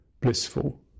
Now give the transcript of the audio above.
blissful